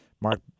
Mark